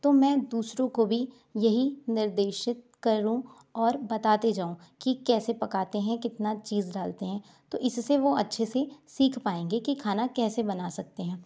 तो मैं दूसरों को भी यही निर्देशित करूँ और बताते जाऊँ कि कैसे पकाते हैं कितना चीज़ डालते हैं तो इससे वो अच्छे से सीख पाएंगे कि खाना कैसे बना सकते हैं